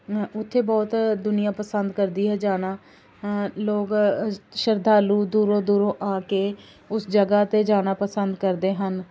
ਬਹੁਤ ਦੁਨੀਆ ਪਸੰਦ ਕਰਦੀ ਹੈ ਜਾਣਾ ਲੋਕ ਸ਼ਰਧਾਲੂ ਦੂਰੋਂ ਦੂਰੋਂ ਆ ਕੇ ਉਸ ਜਗ੍ਹਾ 'ਤੇ ਜਾਣਾ ਪਸੰਦ ਕਰਦੇ ਹਨ